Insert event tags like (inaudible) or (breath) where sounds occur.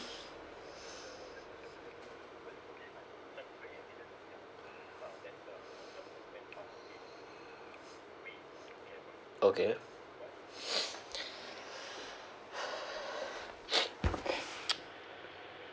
okay (breath)